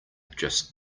just